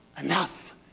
enough